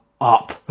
up